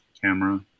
camera